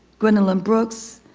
gwendolyn brooks,